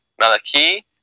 Malachi